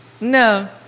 No